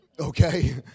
Okay